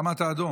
למה אתה אדום?